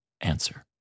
answer